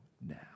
now